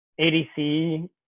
ADC